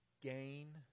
gain